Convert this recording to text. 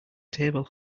table